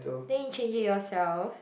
then you change it yourself